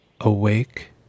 awake